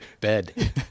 bed